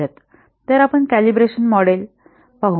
तर आपण calibration model calibration पाहू